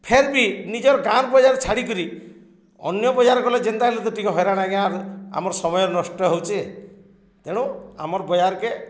ଫେର୍ ବି ନିଜର ଗାଁ ବଜାର ଛାଡ଼ିିକରି ଅନ୍ୟ ବଜାର ଗଲେ ଯେନ୍ତା ହେଲେ ତ ଟିକେ ହଇରାଣ ଆଜ୍ଞା ଆମର ସମୟ ନଷ୍ଟ ହଉଛେ ତେଣୁ ଆମର୍ ବଜାର୍କେ